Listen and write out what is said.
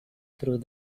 through